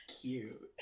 Cute